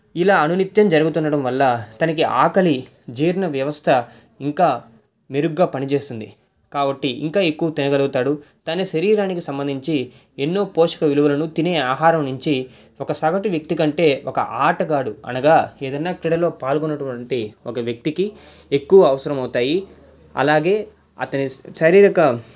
ఇలా అనునిత్యం జరుగుతుండడం వల్ల తనకి ఆకలి జీర్ణ వ్యవస్థ ఇంకా మెరుగ్గా పనిచేస్తుంది కాబట్టీ ఇంకా ఎక్కువ తినగలుగుతాడు తన శరీరానికి సంబంధించి ఎన్నో పోషక విలువలను తినే ఆహారాన్ని నుంచి ఒక సగటు వ్యక్తి కంటే ఒక ఆటగాడు అనగా ఏదన్న క్రీడలో పాల్గొనటువంటి ఒక వ్యక్తికి ఎక్కువ అవసరం అవుతాయి అలాగే అతని శరీరిక